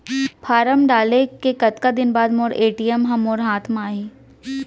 Form डाले के कतका दिन बाद मोर ए.टी.एम ह मोर हाथ म आही?